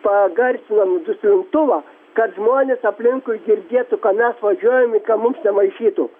pagarsinam duslintuvą kad žmonės aplinkui girdėtų kada mes važiuojam ir ka mums nemaišytų